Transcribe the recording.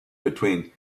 between